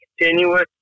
continuous